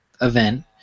event